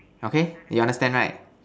okay you understand right